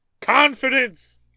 Confidence